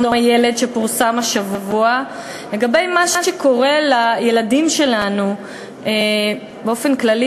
הילד שפורסם השבוע לגבי מה שקורה לילדים שלנו באופן כללי,